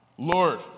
Lord